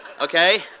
Okay